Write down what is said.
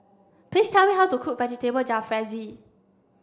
please tell me how to cook Vegetable Jalfrezi